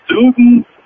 student